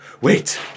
Wait